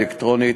האלקטרונית,